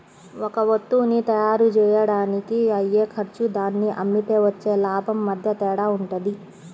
ఒక వత్తువుని తయ్యారుజెయ్యడానికి అయ్యే ఖర్చు దాన్ని అమ్మితే వచ్చే లాభం మధ్య తేడా వుంటది